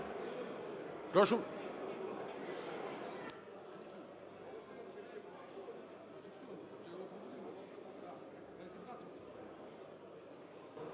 Прошу?